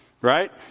Right